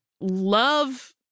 love